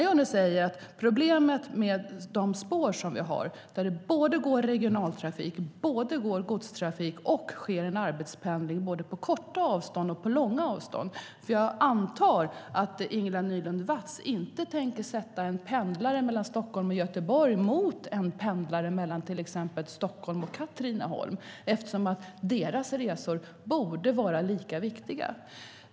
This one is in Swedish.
Jag talar om problemet med de spår som vi har, där det går både regionaltrafik och godstrafik och sker arbetspendling både på korta avstånd och på långa avstånd. Jag antar nämligen att Ingela Nylund Watz inte tänker sätta en pendlare mellan Stockholm och Göteborg mot en pendlare mellan till exempel Stockholm och Katrineholm, eftersom deras resor borde vara lika viktiga.